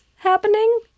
happening